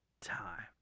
time